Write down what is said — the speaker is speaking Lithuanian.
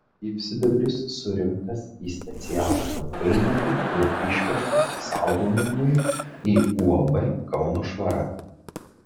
gyvsidabris surinktas į specialų konteinerį ir išvežtas saugojimui į uab kauno švara